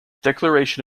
declaration